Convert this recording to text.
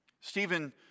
Stephen